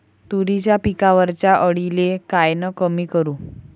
तुरीच्या पिकावरच्या अळीले कायनं कमी करू?